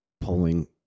pulling